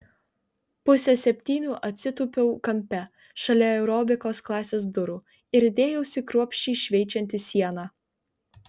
pusę septynių atsitūpiau kampe šalia aerobikos klasės durų ir dėjausi kruopščiai šveičianti sieną